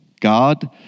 God